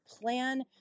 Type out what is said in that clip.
plan